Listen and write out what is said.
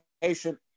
patient